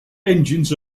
engines